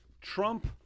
Trump